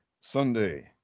Sunday